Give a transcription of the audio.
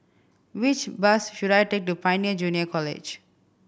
which bus should I take to Pioneer Junior College